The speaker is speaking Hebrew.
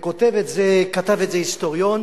כתב את זה היסטוריון